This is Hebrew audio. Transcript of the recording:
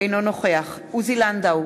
אינו נוכח עוזי לנדאו,